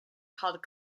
called